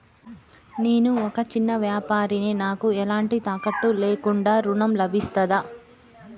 నేను ఒక చిన్న వ్యాపారిని నాకు ఎలాంటి తాకట్టు లేకుండా ఋణం లభిస్తదా?